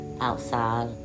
outside